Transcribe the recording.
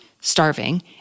starving